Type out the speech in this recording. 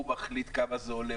הוא מחליט כמה זה עולה,